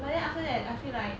but then after that I feel like